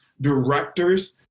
directors